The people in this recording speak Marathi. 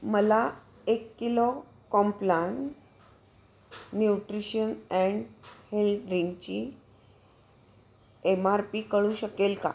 मला एक kilo Complan nutrition and health ड्रिंकची एम आर पी कळू शकेल का